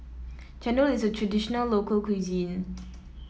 chendol is a traditional local cuisine